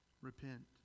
repent